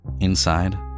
Inside